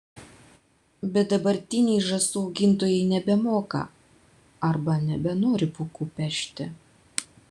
bet dabartiniai žąsų augintojai nebemoka arba nebenori pūkų pešti